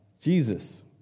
Jesus